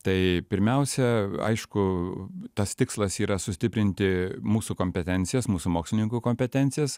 tai pirmiausia aišku tas tikslas yra sustiprinti mūsų kompetencijas mūsų mokslininkų kompetencijas